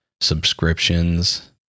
Subscriptions